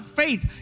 faith